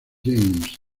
james